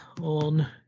on